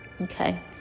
Okay